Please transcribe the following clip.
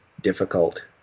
difficult